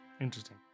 Interesting